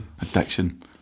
addiction